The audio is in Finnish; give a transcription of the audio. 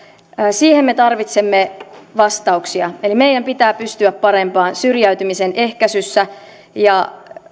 siihen me tarvitsemme vastauksia eli meidän pitää pystyä parempaan syrjäytymisen ehkäisyssä ja